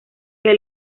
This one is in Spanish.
que